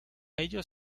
ellos